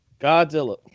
Godzilla